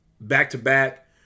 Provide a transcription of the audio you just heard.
back-to-back